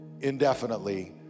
indefinitely